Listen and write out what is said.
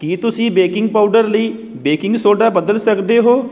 ਕੀ ਤੁਸੀਂ baking powder ਲਈ baking soda ਬਦਲ ਸਕਦੇ ਹੋ